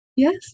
Yes